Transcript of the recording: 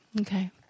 Okay